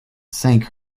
sank